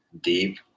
Deep